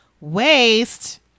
waste